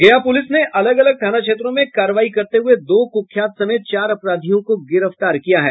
गया पुलिस ने अलग अलग थाना क्षेत्रों में कार्रवाई करते हुये दो कुख्यात समेत चार अपराधियों को गिरफ्तार किया है